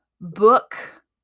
book